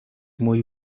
muy